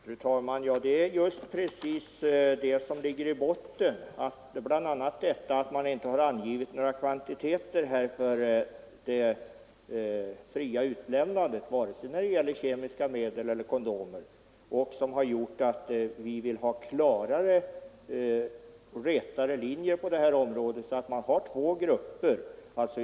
Fru talman! Ja, det är just det förhållandet att utskottet inte angivit några kvantitetsbegränsningar för det fria utlämnandet, vare sig av kemiska medel eller av kondomer, som gjort att vi önskar få klarare linjer på detta område. Vi vill att medlen skall indelas i två grupper.